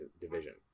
division